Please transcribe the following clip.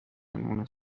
مونس